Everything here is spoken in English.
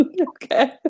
Okay